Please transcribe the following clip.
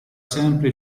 sempre